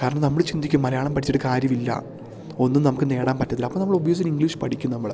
കാരണം നമ്മള് ചിന്തിക്കും മലയാളം പഠിച്ചിട്ട് കാര്യം ഇല്ല ഒന്നും നമുക്ക് നേടാൻ പറ്റുന്നില്ല അപ്പം നമ്മൾ ഒബ്വിയസ്ലി ഇംഗ്ലീഷ് പഠിക്കും നമ്മള്